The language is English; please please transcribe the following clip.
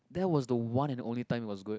that was the one and only time it was good